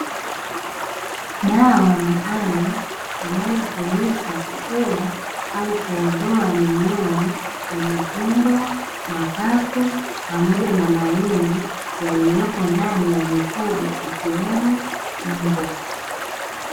Dawa maalumu inayotumika kuua au kuondoa minyoo kwenye tumbo, mapafu, pamoja na maini yaliyopo ndani ya mifugo, ikiwemo mbwa.